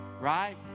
Right